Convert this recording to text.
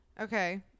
Okay